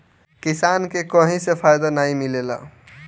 किसान के कहीं से फायदा नाइ मिलेला